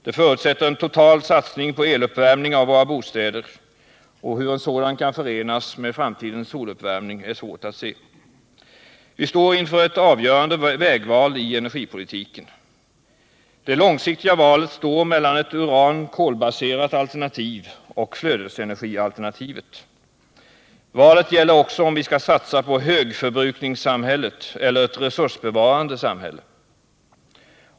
Det förutsätter en total satsning på eluppvärmning av våra bostäder och hur en sådan kan förenas med framtidens soluppvärmning är svårt att se. Vi står inför ett avgörande vägval i energipolitiken. Det långsiktiga valet står mellan ett uran-kol-baserat alternativ och flödesenergialternativet. Valet gäller också om vi skall satsa på högförbrukningssamhället eller på ett resursbevarande samhälle.